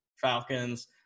Falcons